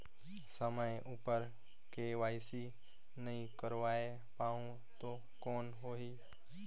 समय उपर के.वाई.सी नइ करवाय पाहुं तो कौन होही?